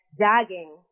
jogging